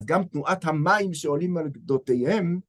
גם תנועת המים שעולים על גדותיהם.